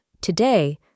today